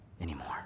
anymore